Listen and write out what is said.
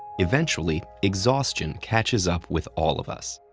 eventually, exhaustion catches up with all of us.